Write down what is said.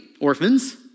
orphans